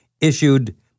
issued